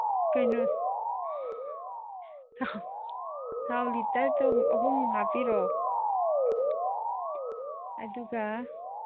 ꯀꯩꯅꯣ ꯊꯥꯎ ꯊꯥꯎ ꯂꯤꯇꯔꯗꯣ ꯑꯍꯨꯝꯃꯨꯛ ꯍꯥꯞꯄꯤꯔꯣ ꯑꯗꯨꯒ